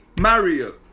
Mario